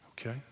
Okay